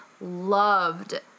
loved